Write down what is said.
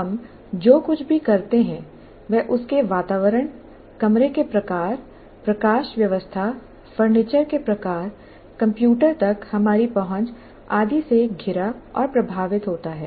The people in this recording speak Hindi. हम जो कुछ भी करते हैं वह उसके वातावरण कमरे के प्रकार प्रकाश व्यवस्था फर्नीचर के प्रकार कंप्यूटर तक हमारी पहुंच आदि से घिरा और प्रभावित होता है